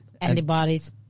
antibodies